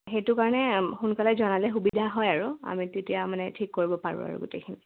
সেইটো কাৰণে সোনকালে জনালে সুবিধা হয় আৰু আমি তেতিয়া মানে ঠিক কৰিব পাৰোঁ আৰু গোটেইখিনি